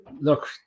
Look